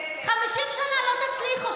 50 שנה לא תצליחו,